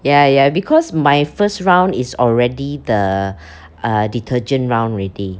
ya ya because my first round is already the uh detergent round ready